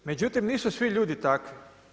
Međutim nisu svi ljudi takvi.